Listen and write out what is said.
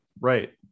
Right